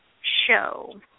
show